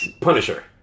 Punisher